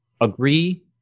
Agree